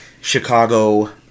Chicago